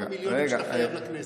מה עם המיליונים שאתה חייב לכנסת?